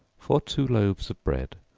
for two loaves of bread,